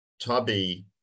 tubby